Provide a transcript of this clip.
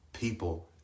people